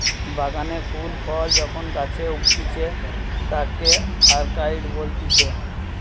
বাগানে ফুল ফল যখন গাছে উগতিচে তাকে অরকার্ডই বলতিছে